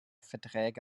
verträge